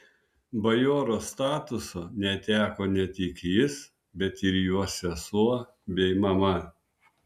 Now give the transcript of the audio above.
bajoro statuso neteko ne tik jis bet ir jo sesuo bei mama